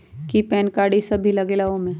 कि PAN card इ सब भी लगेगा वो में?